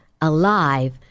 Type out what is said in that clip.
alive